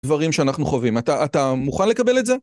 דברים שאנחנו חווים, אתה מוכן לקבל את זה?